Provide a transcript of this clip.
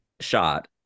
shot